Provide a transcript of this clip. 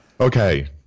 Okay